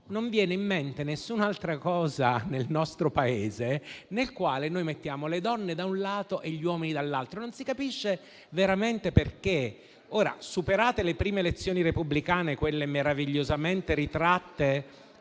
non viene in mente nessun'altra cosa nel nostro Paese nella quale si mettono le donne da un lato e gli uomini dall'altro. Non si capisce veramente perché. Ora, superate le prime elezioni repubblicane, quelle meravigliosamente ritratte